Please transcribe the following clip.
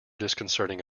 disconcerting